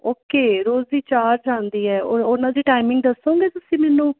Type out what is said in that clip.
okay ਰੋਜ਼ ਦੀ ਚਾਰ ਜਾਂਦੀ ਹੈ ਉਹ ਉਹਨਾਂ ਦੀ ਟਾਈਮਿੰਗ ਦੱਸੋਗੇ ਤੁਸੀਂ ਮੈਨੂੰ